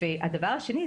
הדבר השני,